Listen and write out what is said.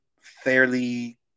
fairly